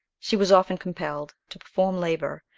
she was often compelled to perform labour,